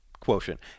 quotient